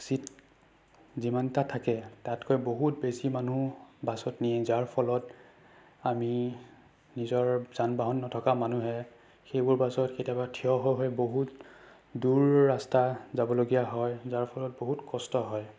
seat যিমানটা থাকে তাতকৈ বহুত বেছি মানুহ বাছত নিয়ে যাৰ ফলত আমি নিজৰ যান বাহন নথকা মানুহে সেইবোৰ বাছত কেতিয়াবা থিয় হৈ হৈ বহুত দূৰ ৰাস্তা যাবলগীয়া হয় যাৰ ফলত বহুত কষ্ট হয়